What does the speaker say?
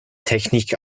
technik